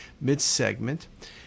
mid-segment